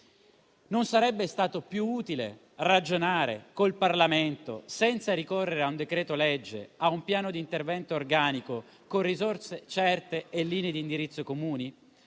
Non sarebbe stato più utile ragionare col Parlamento, senza ricorrere a un decreto-legge, a un piano di intervento organico, con risorse certe e linee di indirizzo comuni?